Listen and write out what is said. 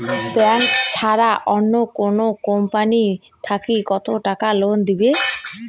Bank ছাড়া অন্য কোনো কোম্পানি থাকি কত টাকা লোন দিবে?